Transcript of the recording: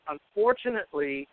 Unfortunately